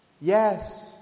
Yes